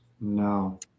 No